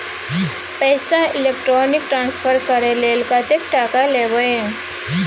पैसा electronic transfer करय लेल कतेक टका लेबही